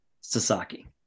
Sasaki